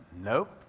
nope